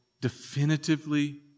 definitively